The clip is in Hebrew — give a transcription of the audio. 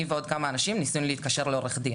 ועוד כמה אנשים ניסינו להתקשר לעו"ד.